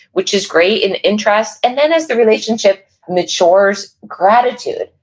which is great, and interest, and then as the relationship matures, gratitude.